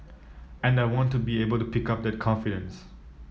and I want to be able to pick up that confidence